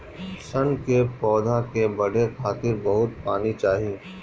सन के पौधा के बढ़े खातिर बहुत पानी चाही